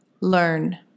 Learn